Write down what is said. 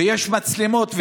ויש מצלמות,